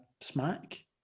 smack